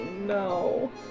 no